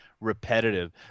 repetitive